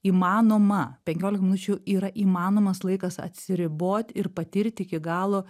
įmanoma penkiolika minučių yra įmanomas laikas atsiribot ir patirt iki galo